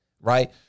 right